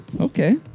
Okay